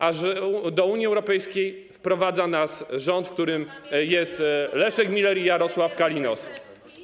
A do Unii Europejskiej wprowadza nas rząd, w którym jest Leszek Miller i Jarosław Kalinowski.